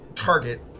target